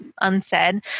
unsaid